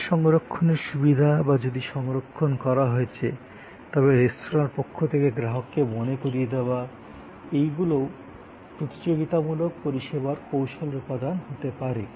table সংরক্ষণের সুবিধা বা যদি সংরক্ষণ করা হয়েছে তবে রেস্তোঁরার পক্ষ থেকে গ্রাহককে মনে করিয়ে দেওয়া এইগুলোও প্রতিযোগিতামূলক পরিষেবা কৌশলের উপাদান হতে পারে